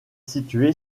située